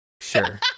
sure